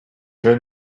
turn